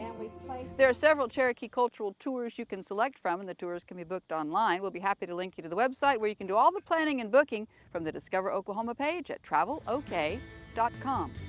and like there are several cherokee cultural tours you can select from, and the tours can be booked online. we'll be happy to link you to the website where you can do all the planning and booking from the discover oklahoma page at travel ok dot com.